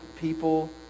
people